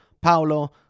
Paolo